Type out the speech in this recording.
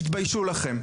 תתביישו לכם.